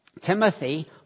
Timothy